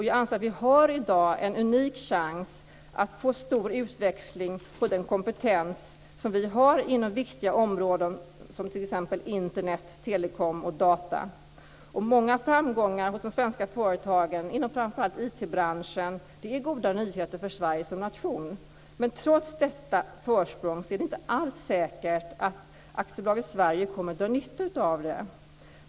Jag anser att vi i dag har en unik chans att få stor utväxling på den kompetens vi har inom viktiga områden, t.ex. Internet, telekom och data. Många framgångar hos de svenska företagen inom framför allt IT branschen är goda nyheter för Sverige som nation. Men trots detta försprång är det inte alls säkert att aktiebolaget Sverige kommer att dra nytta av det.